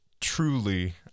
truly